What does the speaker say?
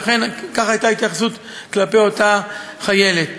ולכן הייתה ההתייחסות כלפי אותה חיילת.